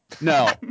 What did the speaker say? No